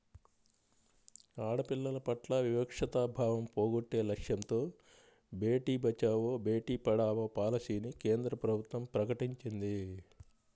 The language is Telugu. ఆడపిల్లల పట్ల వివక్షతా భావం పోగొట్టే లక్ష్యంతో బేటీ బచావో, బేటీ పడావో పాలసీని కేంద్ర ప్రభుత్వం ప్రకటించింది